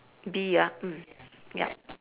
bee ah mm yup